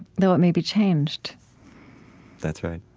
though it may be changed that's right.